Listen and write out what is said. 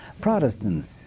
Protestants